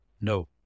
no